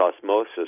osmosis